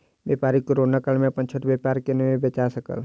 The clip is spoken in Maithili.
व्यापारी कोरोना काल में अपन छोट व्यापार के नै बचा सकल